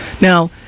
Now